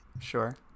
Sure